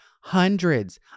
hundreds